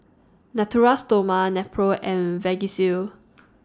Natura Stoma Nepro and Vagisil